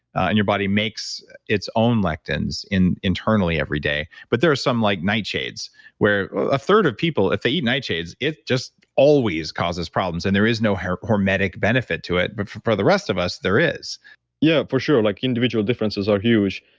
and your body makes its own lectins in internally every day. but there are some like nightshades where a third of people, if they eat nightshades, it just always causes problems. and there is no hormetic benefit to it. but for for the rest of us, there is yeah, for sure. like individual differences are huge.